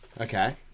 Okay